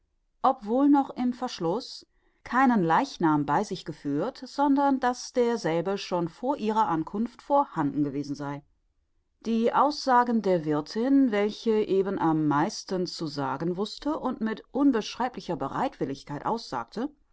obwohl noch im verschluß keinen leichnam bei sich geführt sondern daß derselbe schon vor ihrer ankunft vorhanden gewesen sei die aussagen der wirthin welche eben am meisten zu sagen wußte und mit unbeschreiblicher beweitwilligkeit aussagte